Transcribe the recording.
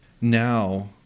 now